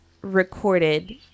recorded